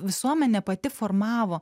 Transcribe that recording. visuomenė pati formavo